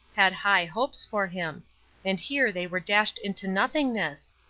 had high hopes for him and here they were dashed into nothingness!